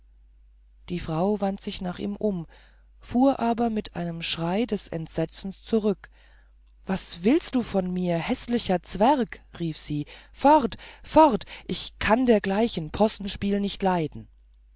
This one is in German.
die frau wandte sich um nach ihm fuhr aber mit einem schrei des entsetzens zurück was willst du von mir häßlicher zwerg rief sie fort fort ich kann dergleichen possenspiel nicht leiden